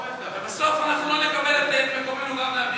ובסוף אנחנו לא נקבל את מקומנו גם,